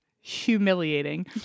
humiliating